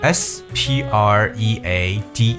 spread